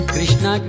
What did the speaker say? Krishna